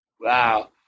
Wow